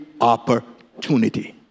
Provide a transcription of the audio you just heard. opportunity